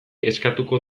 eskatuko